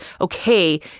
okay